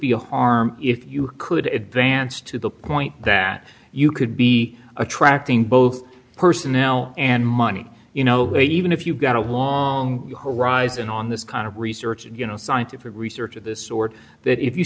be a harm if you could it dance to the point that you could be attracting both personnel and money you know even if you've got a long rise in on this kind of research and you know scientific research of this sort that if you